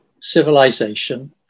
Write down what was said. civilization